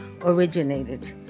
originated